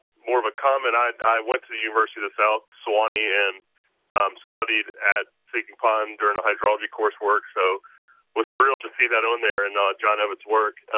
more of a comment. i went to the university of the south sewanee and studied at sinking pond during the hydrology course work, so was thrilled to see that on there and john evans' work.